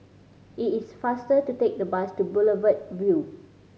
it is faster to take the bus to Boulevard Vue